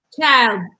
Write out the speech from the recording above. Child